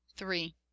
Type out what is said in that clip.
Three